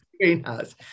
greenhouse